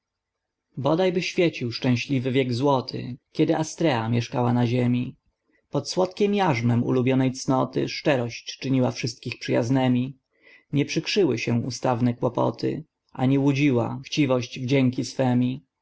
bodajby świecił szczęśliwy wiek złoty kiedy astrea mieszkała na ziemi pod słodkiem jarzmem ulubionej cnoty szczerość czyniła wszystkich przyjaznemi nie przykrzyły się ustawne kłopoty ani łudziła chciwość wdzięki swemi